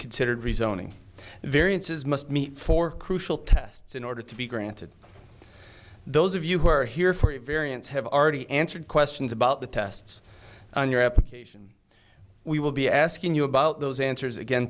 considered rezoning variances must meet for crucial tests in order to be granted those of you who are here for a variance have already answered questions about the tests on your application we will be asking you about those answers again